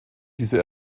diese